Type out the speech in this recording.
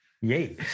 Yay